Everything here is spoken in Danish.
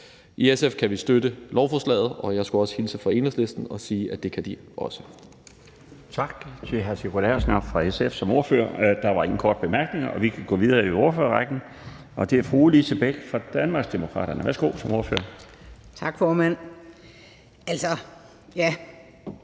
I SF kan vi støtte lovforslaget, og jeg skal også hilse fra Enhedslisten og sige, at det kan de også.